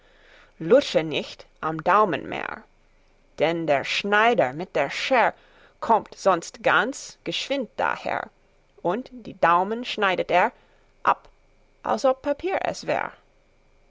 nicht am daumen mehr denn der schneider mit der scher kommt sonst ganz geschwind daher und die daumen schneidet er ab als ob papier es wär